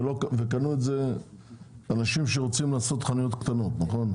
וקנו את זה אנשים שרוצים לעשות חנויות קטנות נכון?